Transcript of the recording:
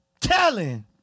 Telling